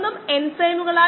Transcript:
75 ന് തുല്യമാണ്